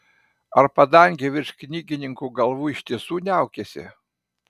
ar padangė virš knygininkų galvų iš tiesų niaukiasi